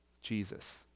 jesus